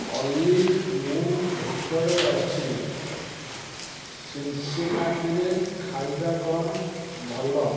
ଅଲି ମୁଁ ଭୋକରେ ଅଛି ସିନ୍ସିନାଟିରେ ଖାଇବା କ'ଣ ଭଲ